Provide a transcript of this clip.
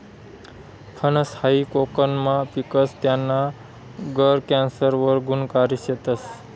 फनस हायी कोकनमा पिकस, त्याना गर कॅन्सर वर गुनकारी शेतस